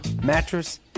Mattress